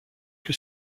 que